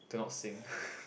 do not sing